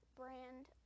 brand